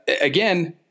again